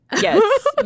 yes